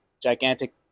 gigantic